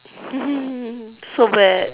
so bad